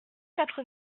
quatre